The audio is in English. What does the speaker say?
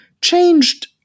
changed